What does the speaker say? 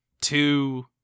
Two